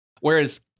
whereas